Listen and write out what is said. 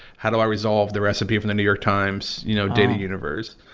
how do i resolve the recipe from the new york times, you know, data universe,